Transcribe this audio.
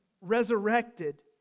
resurrected